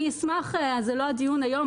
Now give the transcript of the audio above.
זה לא הדיון היום,